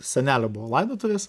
senelio buvo laidotuvės